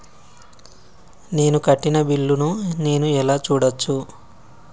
నేను కట్టిన బిల్లు ను నేను ఎలా చూడచ్చు?